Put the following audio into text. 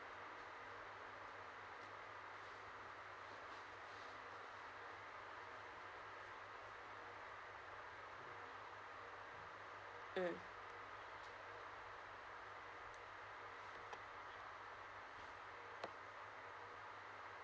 mm